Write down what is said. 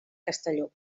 castelló